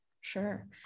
Sure